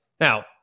Now